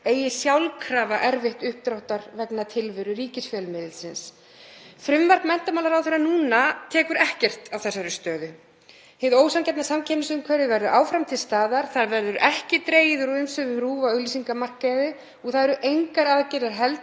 eigi sjálfkrafa erfitt uppdráttar vegna tilveru ríkisfjölmiðilsins. Frumvarp menntamálaráðherra núna tekur ekkert á þessari stöðu. Hið ósanngjarna samkeppnisumhverfi verður áfram til staðar. Það verður ekki dregið úr umsvifum RÚV á auglýsingamarkaði og það eru engar aðgerðir heldur